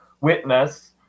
witness